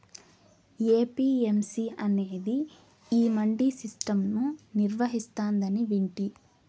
APMC అనేది ఈ mandi system ను నిర్వహిస్తాందని వింటి